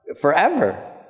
forever